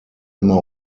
immer